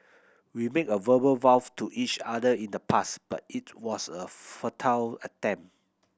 we made a verbal vows to each other in the past but it was a futile attempt